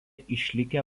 išlikę